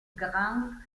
grande